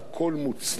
הכול מוצלח,